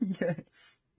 Yes